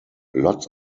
lots